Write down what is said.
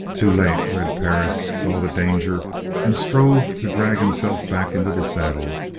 too late red perris saw the danger and strove to drag himself back into the saddle,